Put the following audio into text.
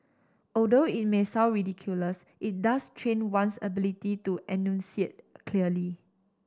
although it may sound ridiculous it does train one's ability to enunciate clearly